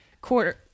quarter